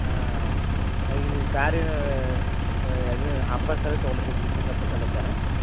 ಹಾಂ ಅಲ್ಲಿ ಈಗ ನೀವು ಕಾರು ಯಾವುದು ಹಬ್ಬದ ಸಲುವಾಗಿ ನೀವು